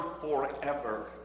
forever